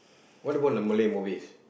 what about the Malay movies